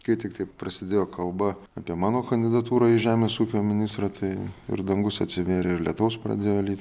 kai tiktai prasidėjo kalba apie mano kandidatūrą į žemės ūkio ministrą tai ir dangus atsivėrė ir lietaus pradėjo lyt